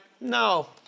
no